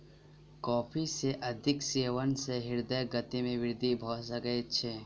coffee के अधिक सेवन सॅ हृदय गति में वृद्धि भ सकै छै